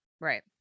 right